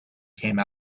came